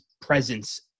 presence